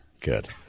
good